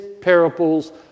parables